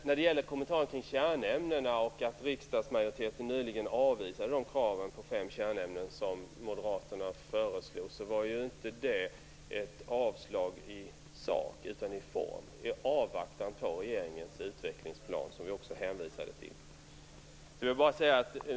När det gäller kommentaren kring kärnämnena och att riksdagsmajoriteten nyligen avvisade Moderaternas förslag om fem kärnämnen, var det inte ett avslag i sak utan i form, i avvaktan på regeringens utvecklingsplan, som vi också hänvisade till.